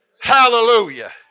Hallelujah